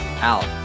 out